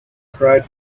cried